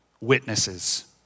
Witnesses